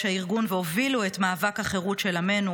הארגון והובילו את מאבק החירות של עמנו.